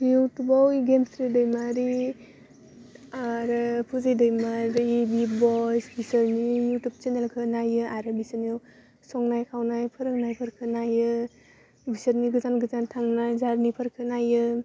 इउटुबाव गेमस्रि दैमारि आरो फुजि दैमारि बि बइस बिसोरनि इउटुब चेनेलखौ नायो आरो बिसोरनियाव संनाय खावनाय फोरोंनायफोरखौ नायो बिसोरनि गोजान गोजान थांनाय जारनिफोरखौ नायो